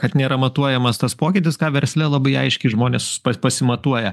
kad nėra matuojamas tas pokytis ką versle labai aiškiai žmonės pa pasimatuoja